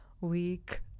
week